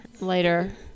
later